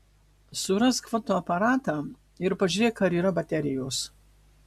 surask fotoaparatą ir pažiūrėk ar yra baterijos